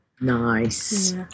Nice